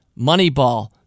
Moneyball